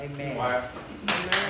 Amen